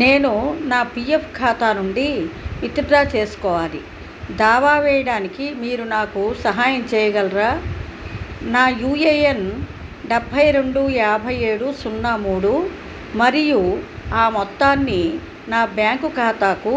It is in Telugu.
నేను నా పీ ఎఫ్ ఖాతా నుండి విత్డ్రా చేసుకోవాలి దావా వేయిడానికి మీరు నాకు సహాయం చేయగలరా నా యూ ఏ ఎన్ డబ్బై రెండు యాభై ఏడు సున్నా మూడు మరియు ఆ మొత్తాన్ని నా బ్యాంకు ఖాతాకు